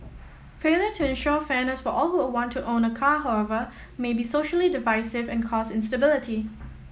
failure to ensure fairness for all who want to own a car however may be socially divisive and cause instability